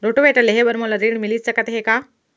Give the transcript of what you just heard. Rotavator लेहे बर मोला ऋण मिलिस सकत हे का?